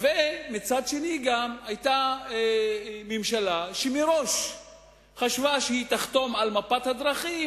ומצד שני היתה ממשלה שמראש חשבה שהיא תחתום על מפת הדרכים